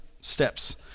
steps